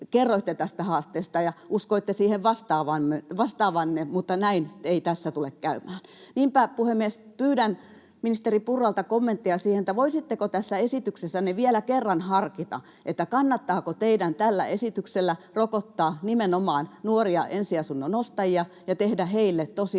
kerroitte tästä haasteesta ja miten uskoitte siihen vastaavanne — näin ei tässä tule käymään. Niinpä, puhemies, pyydän ministeri Purralta kommenttia: Voisitteko tässä esityksessänne vielä kerran harkita, kannattaako teidän tällä esityksellä rokottaa nimenomaan nuoria, ensiasunnon ostajia ja tehdä heille tosiasiassa